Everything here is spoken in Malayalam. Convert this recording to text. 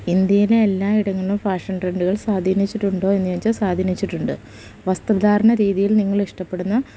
ഇന്ത്യയിലെ എല്ലാ ഇടങ്ങളിലും ഫാഷൻ ട്രെൻഡുകൾ സ്വാധീനിച്ചിട്ടുണ്ടോയെന്ന് ചോദിച്ചാല് സ്വാധീനിച്ചിട്ടുണ്ട് വസ്ത്രധാരണ രീതിയിൽ നിങ്ങളിഷ്ടപ്പെടുന്ന